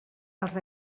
els